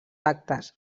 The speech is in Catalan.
actes